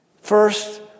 first